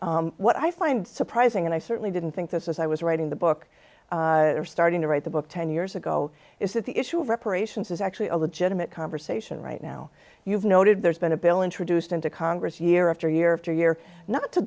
lives what i find surprising and i certainly didn't think this as i was writing the book or starting to write the book ten years ago is that the issue of reparations is actually a legitimate conversation right now you've noted there's been a bill introduced into congress year after year after year not to